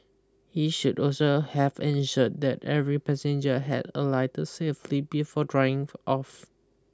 he should also have ensured that every passenger had alighted safely before driving off